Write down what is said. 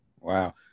Wow